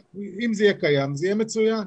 אם זה יהיה קיים זה יהיה מצוין,